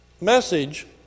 message